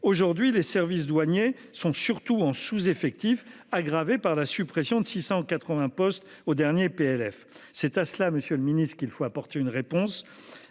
aujourd'hui les services douaniers sont surtout en sous-effectif aggravées par la suppression de 680 postes aux derniers PLF c'est à cela, Monsieur le Ministre, qu'il faut apporter une réponse